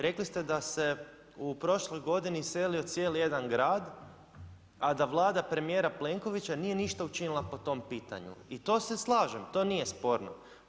Rekli ste da se u prošloj godini iselio cijeli jedan grad a da Vlada premijera Plenkovića nije ništa učinila po tom pitanju i to se s lažem, to nije sporno.